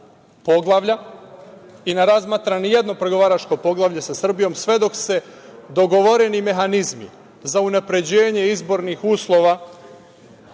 poglavlja i ne razmatra nijedno pregovaračko poglavlje sa Srbijom, sve dok se dogovoreni mehanizmi za unapređenje izbornih uslova